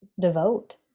devote